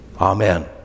amen